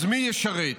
אז מי ישרת?